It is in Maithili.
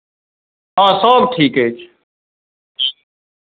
हँ सभ ठीक अछि